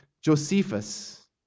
Josephus